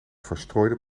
verstrooide